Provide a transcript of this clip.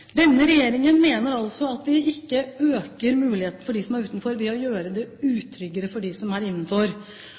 Denne regjeringen mener altså at man ikke øker muligheten for dem som er utenfor, ved å gjøre det utryggere for dem som er innenfor.